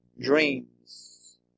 dreams